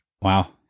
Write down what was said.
Wow